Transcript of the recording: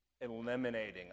eliminating